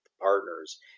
partners